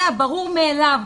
זה הברור מאליו,